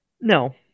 No